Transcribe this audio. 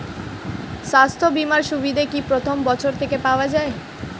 স্বাস্থ্য বীমার সুবিধা কি প্রথম বছর থেকে পাওয়া যায়?